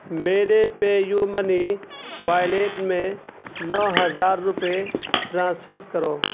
میرے PayUmoney wallet میں نو ہزار روپے ٹرانسفر کرو